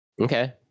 Okay